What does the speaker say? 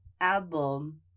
album